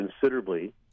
considerably